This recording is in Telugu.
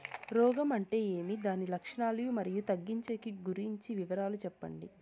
రోగం అంటే ఏమి దాని లక్షణాలు, మరియు తగ్గించేకి గురించి వివరాలు సెప్పండి?